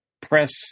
press